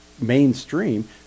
mainstream